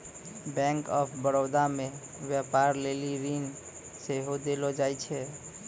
bank of Baroda मे व्यपार लेली ऋण सेहो देलो जाय छै